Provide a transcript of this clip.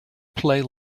play